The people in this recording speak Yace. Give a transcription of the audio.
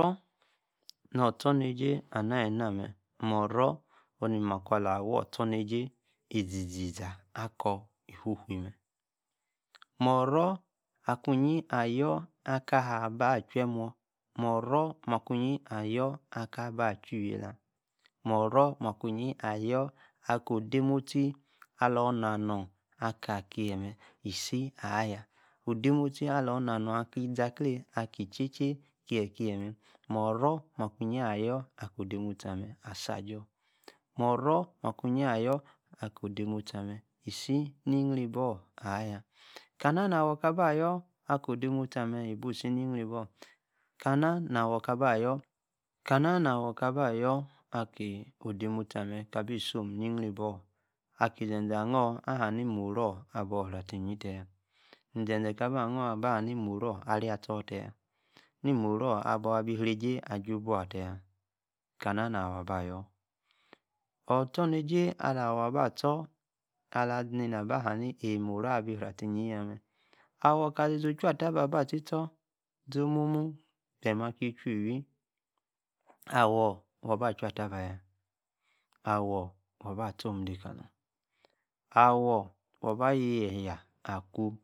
Nor-ostornejie. anaa-alinamee. moro̊. ni-makwaa owaa-ostornejie. kaa zi-zi-zaa. akor. moro makwíyín. ayor. aka. haa gbah. aa-chemum. moro-makwíyin. ayor aka-aba. chu-wilaa. moro makwíym. ayor. aka-odemoshte. alor na-nor. aki-mee. izi-aklan̄e aka cheche. keike-mee moro. makwiyin ayor aka-odemoshte asa-ajor moro-makwiyin-ayor aka odemoshte aa-mee. isi nîyîbri-ayaa kaa na-awor-ba. ayor. ni-odemoshte amnee. ibuu-si nîyrîbor. kanaa. na-awor taa-baa. ayor aki. odemohte taa-bi som. níyríbor-orr. akí zeze. anor. ni-moro. abor rî-asi-inyi-tayaa mízeze taa-baa-anor. ahaa nî-moro. arríastor tayaa. ni-moro-abor abi irej́íe. adi-ebwoa tayaa. kanaa. naa-awor. aba-ayor. ostorne-j́íe. ala-wor aba stor. abí-rí-atînyi yamee. awor kaa li-zi. ochataba. aba testor. zo-omumu kpem. akí-yi-chuu-iwi. awor. oba. achataba-yaa awor. waa-ba tesome. dekalor. awor. waa-